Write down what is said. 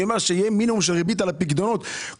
אני חושב שצריך להיות מינימום של ריבית על הפיקדונות וכמו